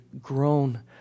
grown